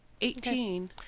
Eighteen